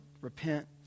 Repent